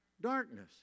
Darkness